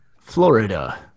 florida